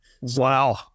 Wow